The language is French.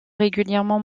régulièrement